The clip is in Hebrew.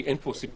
כי אין מטראז',